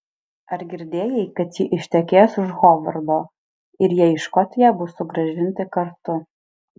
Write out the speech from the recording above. ar girdėjai kad ji ištekės už hovardo ir jie į škotiją bus sugrąžinti kartu